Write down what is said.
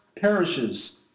perishes